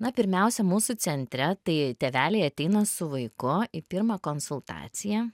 na pirmiausia mūsų centre tai tėveliai ateina su vaiku į pirmą konsultaciją